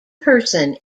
person